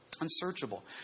Unsearchable